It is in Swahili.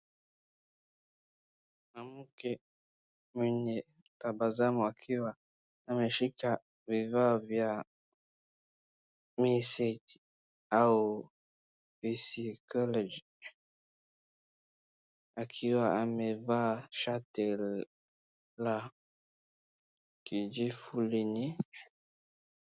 Mwanamke mwenye tabasamu akiwa ameshika vifa vya message au visi college , akiwa amevaa shati la kijifulini.